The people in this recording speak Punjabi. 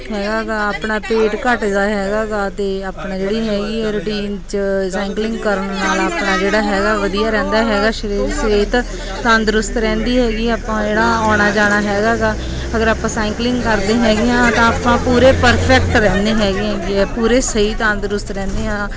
ਹੈਗਾ ਗਾ ਆਪਣਾ ਪੇਟ ਘਟਦਾ ਹੈਗਾ ਗਾ ਅਤੇ ਆਪਣੇ ਜਿਹੜੀ ਹੈਗੀ ਰੂਟੀਨ 'ਚ ਸਾਈਕਲਿੰਗ ਕਰਨ ਵਾਲਾ ਆਪਣਾ ਜਿਹੜਾ ਹੈਗਾ ਵਧੀਆ ਰਹਿੰਦਾ ਹੈਗਾ ਸਰੀਰ ਸਿਹਤ ਤੰਦਰੁਸਤ ਰਹਿੰਦੀ ਹੈਗੀ ਆਪਾਂ ਜਿਹੜਾ ਆਉਣਾ ਜਾਣਾ ਹੈਗਾ ਗਾ ਅਗਰ ਆਪਾਂ ਸਾਇਕਲਿੰਗ ਕਰਦੇ ਹੈਗੇ ਹਾਂ ਤਾਂ ਆਪਾਂ ਪੂਰੇ ਪਰਫੈਕਟ ਰਹਿੰਦੇ ਹੈਗੇ ਐਗੇ ਪੂਰੇ ਸਹੀ ਤੰਦਰੁਸਤ ਰਹਿੰਦੇ ਹਾਂ